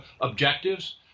objectives